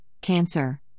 cancer